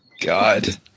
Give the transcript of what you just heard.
God